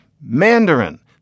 Mandarin